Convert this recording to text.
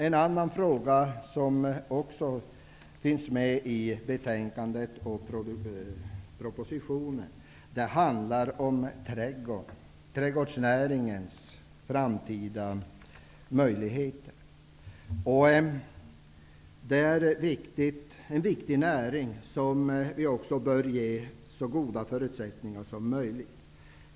En annan fråga som också finns med i betänkandet och i propositionen handlar om trädgårdsnäringens framtida möjligheter. Det är en viktig näring som vi också bör ge så goda förutsättningar som möjligt.